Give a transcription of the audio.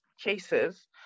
cases